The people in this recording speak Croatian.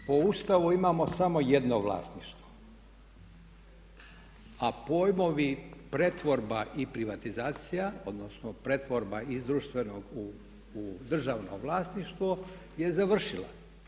Dakle po Ustavu imamo samo jedno vlasništvo a pojmovi pretvorba i privatizacija, odnosno pretvorba iz društvenog u državno vlasništvo je završila.